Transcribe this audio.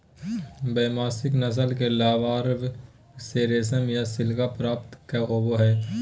Bombyx नस्ल के larva से रेशम या सिल्क प्राप्त होबा हइ